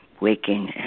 waking